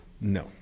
No